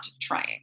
trying